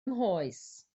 nghoes